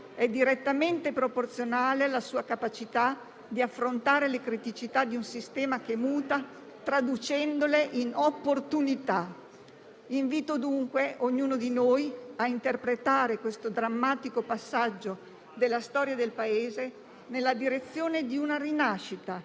direttamente proporzionali alla sua capacità di affrontare le criticità di un sistema che muta, traducendole in opportunità. Invito dunque ognuno di noi a interpretare questo drammatico passaggio della storia del Paese nella direzione di una rinascita,